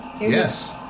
Yes